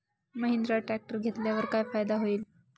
Mahindra tractor घेतल्यावर काय फायदा होईल?